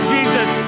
Jesus